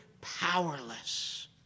powerless